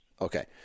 Okay